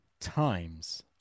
times